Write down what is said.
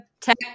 Tech